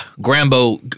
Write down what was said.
Grambo